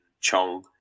Chong